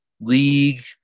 League